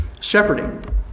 shepherding